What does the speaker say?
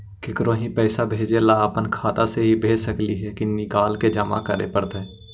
केकरो ही पैसा भेजे ल अपने खाता से ही भेज सकली हे की निकाल के जमा कराए पड़तइ?